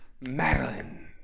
Madeline